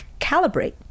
calibrate